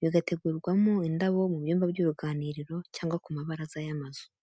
bigategurwamo indabo mu byumba by'uruganiriro cyangwa ku mabaraza y'amazu.